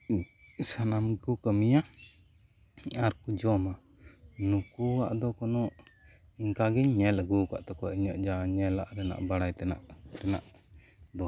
ᱥᱟᱱᱟᱢ ᱠᱚ ᱠᱟᱹᱢᱤᱭᱟ ᱟᱨ ᱠᱚ ᱡᱚᱢᱟ ᱱᱩᱠᱩᱣᱟᱜ ᱫᱚ ᱠᱳᱱᱚ ᱮᱱᱠᱟᱜᱮᱧ ᱧᱮᱞ ᱟᱹᱜᱩ ᱟᱠᱟᱫ ᱛᱟᱠᱚᱣᱟ ᱤᱧᱟᱜ ᱡᱟ ᱧᱮᱞᱟᱜ ᱛᱮᱱᱟᱜ ᱵᱟᱲᱟᱭ ᱛᱮᱱᱟᱜ ᱫᱚ